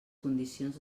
condicions